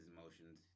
emotions